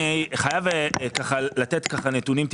אני חייב לתת ככה נתונים.